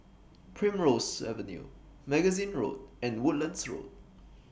Primrose Avenue Magazine Road and Woodlands Road